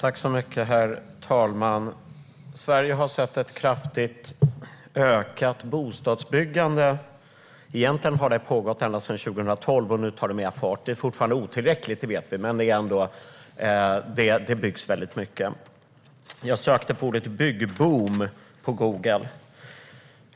Herr talman! Sverige har sett och ser ett kraftigt ökat bostadsbyggande. Egentligen har det pågått ända sedan 2012, och nu tar det mer fart. Vi vet att det fortfarande är otillräckligt, men det byggs ändå väldigt mycket. Jag sökte på ordet "byggboom" med Google.